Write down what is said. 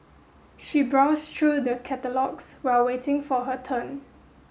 she browsed through the catalogues while waiting for her turn